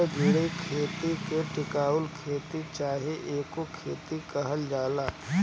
धारणीय खेती के टिकाऊ खेती चाहे इको खेती कहल जाला